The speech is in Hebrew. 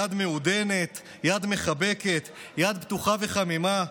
יד מעודנת, יד מחבקת, יד פתוחה וחמימה.